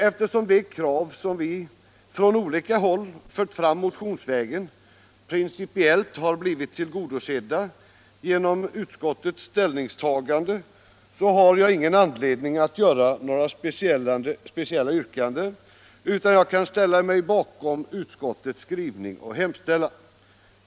Eftersom de krav som vi från olika håll har fått fram motionsvägen principiellt har blivit tillgodosedda genom utskottets ställningstagande har jag ingen anledning att framställa några speciella yrkanden, utan jag kan ställa mig bakom utskottets skrivning och hemställan.